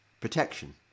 protection